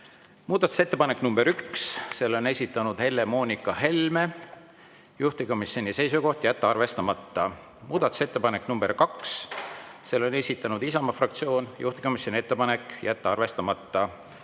Muudatusettepanek nr 1, selle on esitanud Helle-Moonika Helme, juhtivkomisjoni seisukoht: jätta arvestamata. Muudatusettepanek nr 2, selle on esitanud Isamaa fraktsioon, juhtivkomisjoni seisukoht: jätta arvestamata.